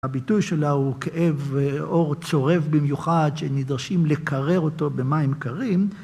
הביטוי שלה הוא כאב עור צורב במיוחד, שנדרשים לקרר אותו במים קרים.